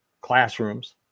classrooms